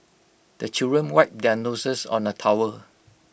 the children wipe their noses on the towel